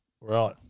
Right